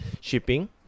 shipping